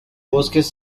bosques